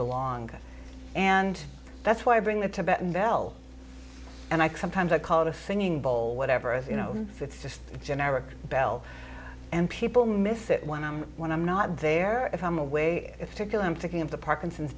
belong and that's why i bring the tibetan bell and i come times i call it a singing bowl whatever you know it's just generic bell and people miss it when i'm when i'm not there if i'm away it's to go i'm thinking of the parkinson's